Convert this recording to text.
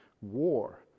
War